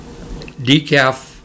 decaf